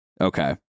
okay